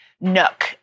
Nook